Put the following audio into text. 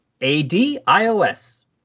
A-D-I-O-S